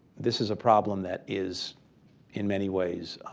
this is a problem that is in many ways